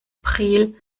priel